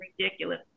ridiculous